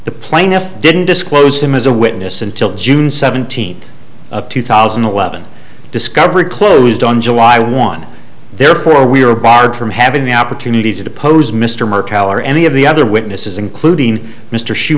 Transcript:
the plaintiff didn't disclose him as a witness until june seventeenth of two thousand and eleven discovery closed on july one therefore we are barred from having the opportunity to depose mr martello or any of the other witnesses including mr shoe